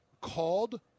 called